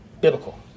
biblical